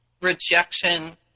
rejection